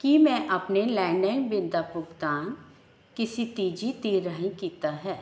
ਕੀ ਮੈਂ ਆਪਣੇ landline bill ਦਾ ਭੁਗਤਾਨ ਕਿਸੀ ਤੀਜੀ ਦੇ ਰਾਹੀਂ ਕੀਤਾ ਹੈ